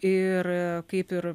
ir kaip ir